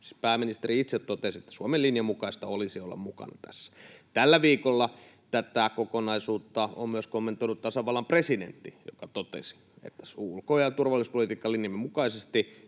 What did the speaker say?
pääministeri itse totesi, että Suomen linjan mukaista olisi olla mukana tässä — niin tällä viikolla tätä kokonaisuutta on kommentoinut myös tasavallan presidentti, joka totesi, että ulko‑ ja turvallisuuspolitiikkamme linjan mukaisesti